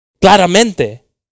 Claramente